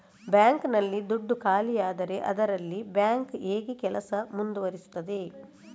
Bank ನಲ್ಲಿ ದುಡ್ಡು ಖಾಲಿಯಾದರೆ ಅದರಲ್ಲಿ ಬ್ಯಾಂಕ್ ಹೇಗೆ ಕೆಲಸ ಮುಂದುವರಿಸುತ್ತದೆ?